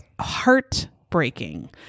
heartbreaking